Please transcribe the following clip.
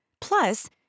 Plus